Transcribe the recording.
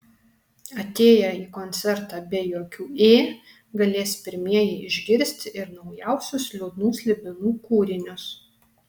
atėję į koncertą be jokių ė galės pirmieji išgirsti ir naujausius liūdnų slibinų kūrinius